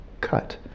cut